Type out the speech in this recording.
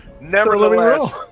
Nevertheless